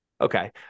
Okay